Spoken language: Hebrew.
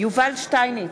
יובל שטייניץ,